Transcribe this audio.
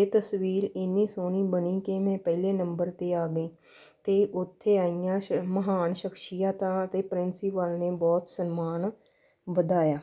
ਇਹ ਤਸਵੀਰ ਇੰਨੀ ਸੋਹਣੀ ਬਣੀ ਕਿ ਮੈਂ ਪਹਿਲੇ ਨੰਬਰ 'ਤੇ ਆ ਗਈ ਅਤੇ ਉੱਥੇ ਆਈਆਂ ਸ਼ ਮਹਾਨ ਸ਼ਖਸੀਅਤਾਂ ਅਤੇ ਪ੍ਰਿੰਸੀਪਲ ਨੇ ਬਹੁਤ ਸਨਮਾਨ ਵਧਾਇਆ